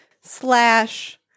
slash